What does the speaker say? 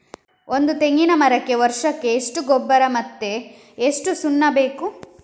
ಒಂದು ತೆಂಗಿನ ಮರಕ್ಕೆ ವರ್ಷಕ್ಕೆ ಎಷ್ಟು ಗೊಬ್ಬರ ಮತ್ತೆ ಎಷ್ಟು ಸುಣ್ಣ ಬೇಕು?